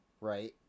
right